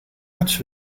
arts